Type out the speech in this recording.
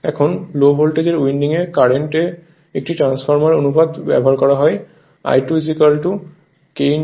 এখন লো ভোল্টেজের উইন্ডিং এ কারেন্ট এ একটি ট্রান্সফর্মার অনুপাত ব্যবহার করা হয় I2 K I2